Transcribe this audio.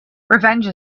revenge